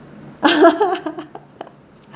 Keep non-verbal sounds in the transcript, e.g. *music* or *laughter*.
*laughs*